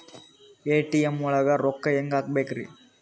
ATM ಒಳಗ್ ರೊಕ್ಕ ಹೆಂಗ್ ಹ್ಹಾಕ್ಬೇಕ್ರಿ?